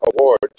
awards